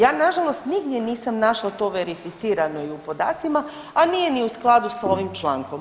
Ja nažalost nigdje nisam našla to verificirano i u podacima, a nije ni u skladu s ovim člankom.